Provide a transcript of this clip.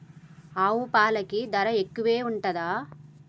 ఆవు పాలకి ధర ఎక్కువే ఉంటదా?